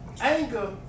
Anger